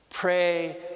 Pray